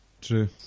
True